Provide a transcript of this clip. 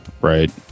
right